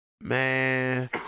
Man